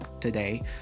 today